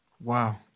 Wow